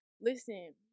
listen